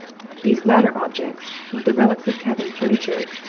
these latter objects, with the relics of cabin furniture,